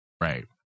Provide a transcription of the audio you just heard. right